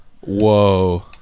Whoa